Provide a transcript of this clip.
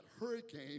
hurricane